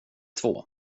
två